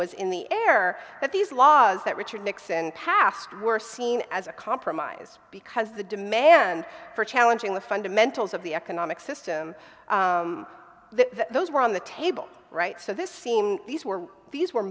was in the air that these laws that richard nixon passed were seen as a compromise because the demand for challenging the fundamentals of the economic system those were on the table right so this seemed these were these were